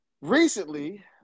Recently